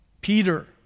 Peter